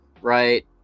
right